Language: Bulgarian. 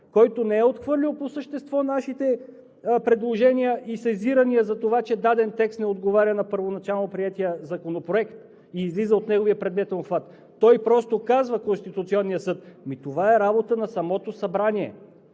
който не е отхвърлил по същество нашите предложения и сезирания за това, че даден текст не отговаря на първоначално приетия законопроект и излиза от неговия предметен обхват. Конституционният съд просто казва: това е работа на самото събрание.